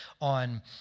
on